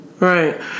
Right